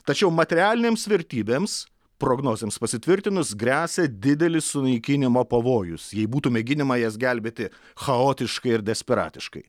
tačiau materialinėms vertybėms prognozėms pasitvirtinus gresia didelis sunaikinimo pavojus jei būtų mėginimai jas gelbėti chaotiškai ir desperatiškai